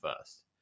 first